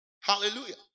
Hallelujah